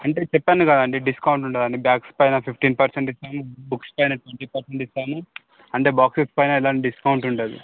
అంటే చెప్పాను కదండీ డిస్కౌంట్ ఉండదని బ్యాగ్స్ పైన ఫిఫ్టీన్ పర్సెంట్ బుక్స్ పైన ట్వంటీ పైన డిస్కౌంట్ అంటే బాక్సెస్ పైన డిస్కౌంట్ ఉంటుంది